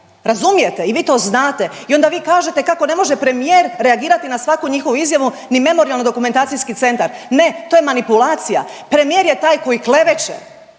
razumijete i vi to znate i onda vi kažete kako ne može premijer reagirati na svaku njihovu izjavu, ni Memorijalno-dokumentacijski centar. Ne, to je manipulacija. Premijer je taj koji kleveće,